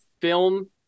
film